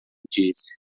disse